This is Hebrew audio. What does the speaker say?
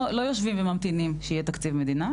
לא יושבים וממתינים שיהיה תקציב מדינה,